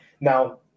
Now